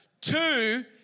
Two